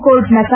court ನಕಾರ